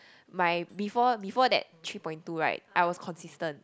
my before before that three point two right I was consistent